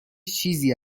چیزی